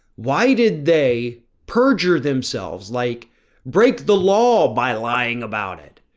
why did they purger themselves, like break the law by lying about it,